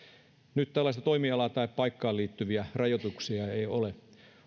nyt tällaisia toimialaan tai paikkaan liittyviä rajoituksia ei ole